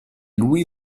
lui